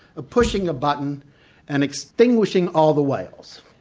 of pushing a button and extinguishing all the whales.